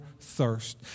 thirst